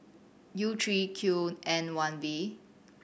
U three Q N one V